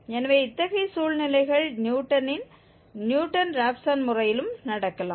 எனவே இத்தகைய சூழ்நிலைகள் நியூட்டனின் நியூட்டன் ராப்சன் முறையிலும் நடக்கலாம்